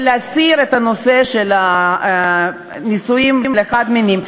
ולהסיר את הנושא של הנישואין לחד-מיניים,